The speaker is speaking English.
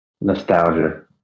nostalgia